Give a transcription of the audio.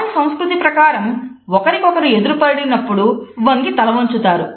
వారి సంస్కృతి ప్రకారం ఒకరికొకరు ఎదురుపడినప్పుడు వంగి తలవంచుతారు